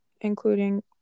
including